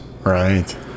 Right